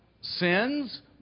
sins